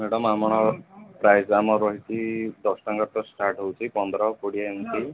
madam ଆମର ପ୍ରାୟତଃ ଆମର ରହିଛି ଦଶ ଟଙ୍କାରେ ତ ଷ୍ଟାର୍ଟ୍ ହେଉଛି ପନ୍ଦର ଆଉ କୋଡ଼ିଏ ଏମିତି